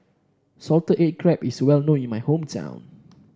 Salted Egg Crab is well known in my hometown